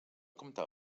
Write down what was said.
comptar